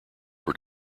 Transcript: were